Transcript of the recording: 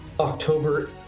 October